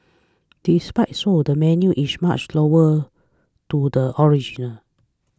despite so the menu is much loyal to the original